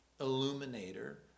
illuminator